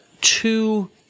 two